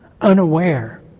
unaware